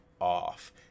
off